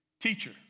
Teacher